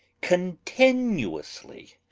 continuously!